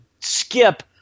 skip